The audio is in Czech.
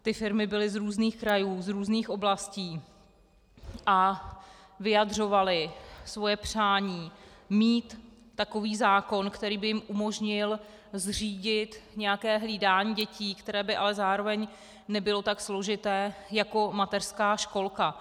Ty firmy byly z různých krajů, z různých oblastí a vyjadřovaly své přání mít takový zákon, který by jim umožnil zřídit nějaké hlídání dětí, které by ale zároveň nebylo tak složité jako mateřská školka.